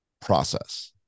process